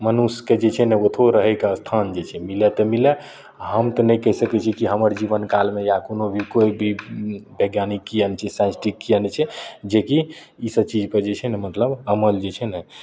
मनुष्यके जे छै ने ओतहु एक स्थान जे छै मिलय तऽ मिलय हम तऽ नहि कहि सकय छी कि हमर जीवन कालमे या कोनो भी कोइ भी वैज्ञानिक एहन छै साइन्टिस्ट एहन छै जे कि ई सब चीजपर जे छै ने मतलब अमल जे छै ने